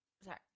Sorry